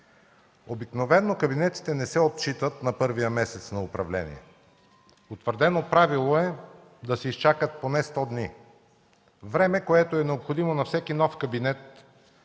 Обикновено кабинетите не се отчитат на първия месец на управление. Утвърдено правило е да се изчакат поне 100 дни – време, което е необходимо на всеки нов кабинет